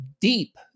deep